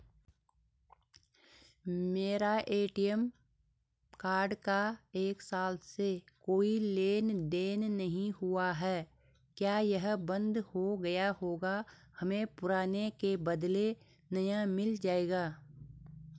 मेरा ATM card का एक साल से कोई लेन देन नहीं हुआ है क्या यह बन्द हो गया होगा हमें पुराने के बदलें नया मिल जाएगा?